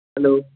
hello